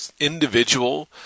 individual